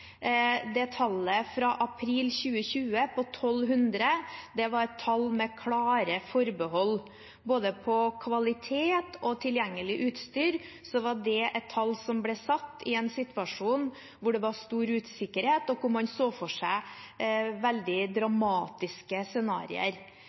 Tallet på 1 200 fra april 2020 var et tall med klare forbehold. Når det gjelder både kvalitet og tilgjengelig utstyr, var det et tall som ble satt i en situasjon hvor det var stor usikkerhet, og hvor man så for seg veldig